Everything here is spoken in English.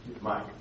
Mike